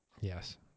yes